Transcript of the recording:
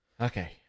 Okay